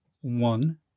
one